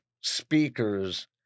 speakers